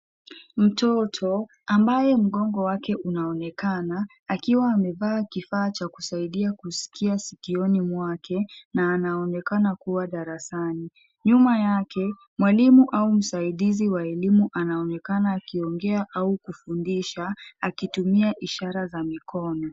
Mtoto ambaye mgongo wake unaonekana akiwa amevaa kifaa cha kusaidia kusikia sikioni mwake na anaonekana kuwa darasani ,nyuma yake mwalimu au msaidizi wa elimu anaonekana akiongea au kufundisha akitumia ishara za mikono.